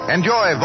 Enjoy